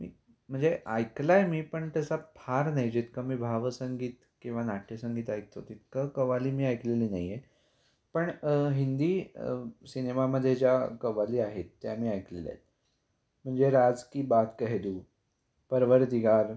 मी म्हणजे ऐकलाय मी पण तसा फार नाही जितकं मी भावसंगीत किंवा नाट्यसंगीत ऐकतो तितकं कव्वाली मी ऐकलेली नाही आहे पण हिंदी सिनेमामध्ये ज्या कव्वाली आहेत त्या मी ऐकलेल्या आहेत म्हणजे राज की बात कह दूँ परवरदिगार